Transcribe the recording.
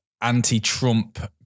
anti-Trump